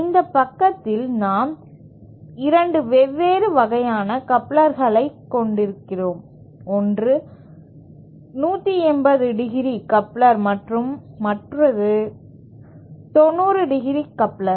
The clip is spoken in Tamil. இந்த பக்கத்தில் நாம் 2 வெவ்வேறு வகையான கப்ளர்களைக் கொண்டிருக்கிறோம் ஒன்று 180 ° கப்ளர் மற்றும் மற்றது 90° கப்ளர்